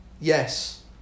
Yes